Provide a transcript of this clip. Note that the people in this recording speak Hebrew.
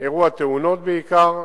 אירעו התאונות בעיקר,